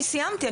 אני סיימתי,